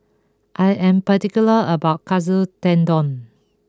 I am particular about Katsu Tendon